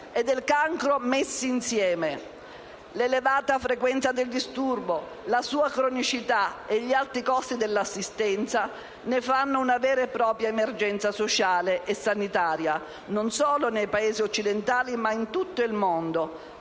e del cancro messi insieme. L'elevata frequenza del disturbo, la sua cronicità e gli alti costi dell'assistenza ne fanno una vera e propria emergenza sociale e sanitaria, non solo nei Paesi occidentali ma in tutto il mondo,